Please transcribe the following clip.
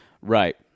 Right